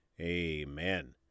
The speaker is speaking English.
amen